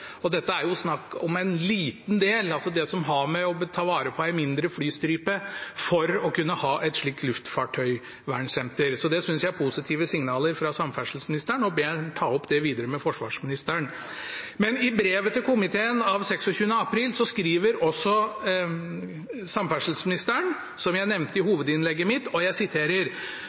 og dette er jo snakk om en liten del, altså arealet for å ta vare på en mindre flystripe for å kunne ha et slikt luftfartøyvernsenter. Det synes jeg er positive signaler fra samferdselsministeren og ber ham ta det opp videre med forsvarsministeren. I brevet til komiteen av 26. april skriver også samferdselsministeren, som jeg nevnte i hovedinnlegget mitt: